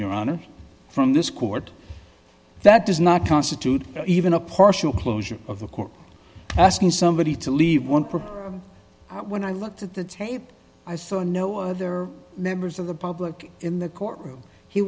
your honor from this court that does not constitute even a partial closure of the court asking somebody to leave one purpose when i looked at the tape i saw no other members of the public in the courtroom he